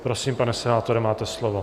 Prosím, pane senátore, máte slovo.